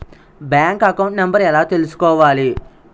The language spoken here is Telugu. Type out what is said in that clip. బ్యాంక్ అకౌంట్ నంబర్ ఎలా తీసుకోవాలి?